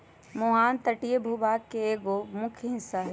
मुहाना तटीय भूभाग के एगो मुख्य हिस्सा हई